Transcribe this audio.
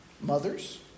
mothers